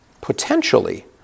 potentially